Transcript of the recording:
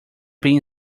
bean